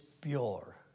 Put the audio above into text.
pure